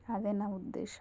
అదే నా ఉద్దేశం